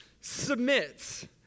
submit